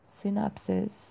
synapses